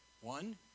One